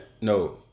No